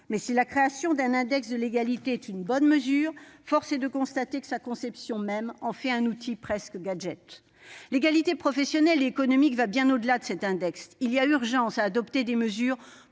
si la création d'un index de l'égalité est une bonne mesure, force est de constater que sa conception même en fait presque un gadget. L'égalité professionnelle et économique va bien au-delà de cet index ; il y a urgence à adopter des mesures